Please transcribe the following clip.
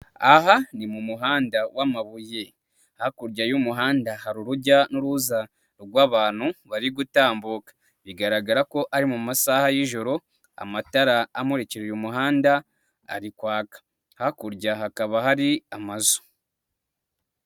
Aha ni mu muhanda w'amabuye, hakurya y'umuhanda hari urujya n'uruza rw'abantu bari gutambuka, bigaragara ko ari mu masaha y'ijoro, amatara amuririka uyu umuhanda arikwaka, hakurya hakaba hari amazu.